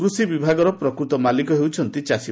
କୃଷି ବିଭାଗର ପ୍ରକୃତ ମାଲିକ ହେଉଛନ୍ତି ଚାଷୀ